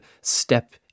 step